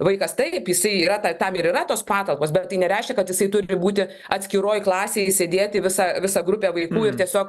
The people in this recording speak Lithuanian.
vaikas taip jisai yra ta tam ir yra tos patalpos bet tai nereiškia kad jisai turi būti atskiroj klasėj sėdėti visa visa grupė vaikų ir tiesiog